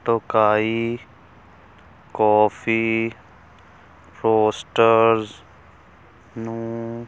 Tokai coffee roasters ਨੂੰ